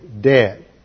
dead